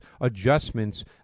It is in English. adjustments